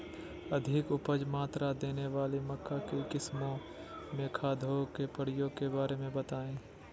अधिक उपज मात्रा देने वाली मक्का की किस्मों में खादों के प्रयोग के बारे में बताएं?